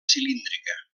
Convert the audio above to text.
cilíndrica